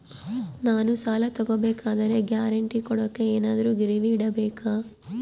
ನಾನು ಸಾಲ ತಗೋಬೇಕಾದರೆ ಗ್ಯಾರಂಟಿ ಕೊಡೋಕೆ ಏನಾದ್ರೂ ಗಿರಿವಿ ಇಡಬೇಕಾ?